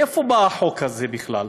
מאיפה בא החוק הזה בכלל?